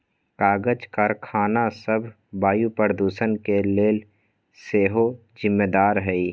कागज करखना सभ वायु प्रदूषण के लेल सेहो जिम्मेदार हइ